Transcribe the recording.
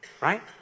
Right